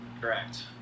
Correct